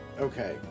Okay